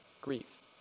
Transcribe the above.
grief